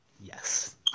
yes